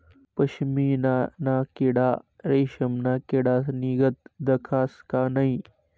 पशमीना ना किडा रेशमना किडानीगत दखास का नै